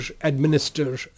administer